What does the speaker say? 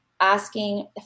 asking